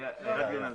היה דיון.